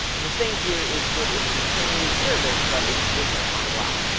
the thing here is that it's the same service, but it's different on glass.